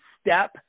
step